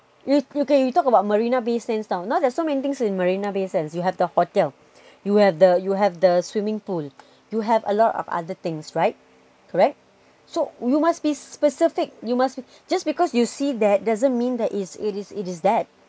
you okay you talk about marina bay sands now now there's so many things in marina bay sands you have the hotel you have the you have the swimming pool you have a lot of other things right correct so you must be specific you must be just because you see that doesn't mean that is it is it is that